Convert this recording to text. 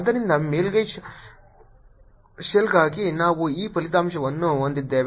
ಆದ್ದರಿಂದ ಮೇಲ್ಮೈ ಶೆಲ್ಗಾಗಿ ನಾವು ಈ ಫಲಿತಾಂಶವನ್ನು ಹೊಂದಿದ್ದೇವೆ